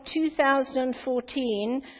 2014